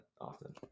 often